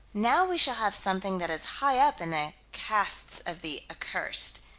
now we shall have something that is high up in the castes of the accursed